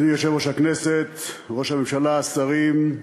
אדוני יושב-ראש הכנסת, ראש הממשלה, שרים,